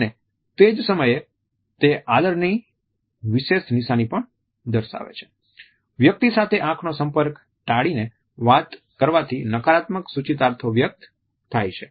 અને તે જ સમયે તે આદરની વિશેષ નિશાની પણ દર્શાવે છે વ્યક્તિ સાથે આંખોનો સંપર્ક ટાળીને વાત કરવાથી નકારાત્મક સુચિતાર્થો વ્યક્ત થાય છે